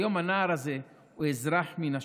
כיום הנער הזה הוא אזרח מן השורה.